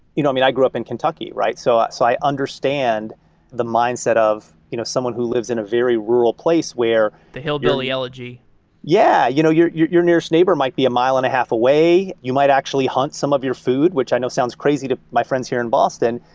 you know i mean, i grew up in kentucky, so so i understand the mindset of you know someone who lives in a very rural place where the hillbilly elegy yeah, you know yeah, your your nearest neighbor might be a mile and a half away. you might actually hunt some of your food, which i know sounds crazy to my friends here in boston.